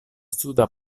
suda